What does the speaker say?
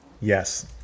yes